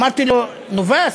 אמרתי לו: נובס?